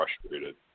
frustrated